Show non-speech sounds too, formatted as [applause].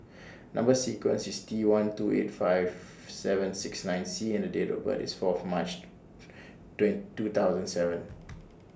Number sequence IS T one two eight five seven six nine C and Date of birth IS Fourth March [unintelligible] two thousand and seven